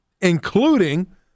including